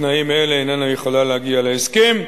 בתנאים אלה איננה יכולה להגיע להסכם,